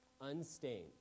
unstained